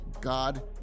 God